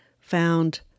found